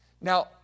Now